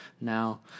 Now